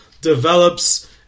develops